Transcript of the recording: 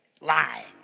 lying